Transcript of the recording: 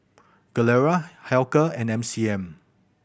Gilera Hilker and M C M